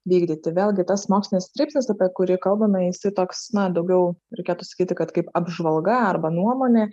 vykdyti vėlgi tas mokslinis straipsnis apie kurį kalbame jisai toks na daugiau reikėtų sakyti kad kaip apžvalga arba nuomonė